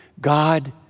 God